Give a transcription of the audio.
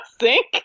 sink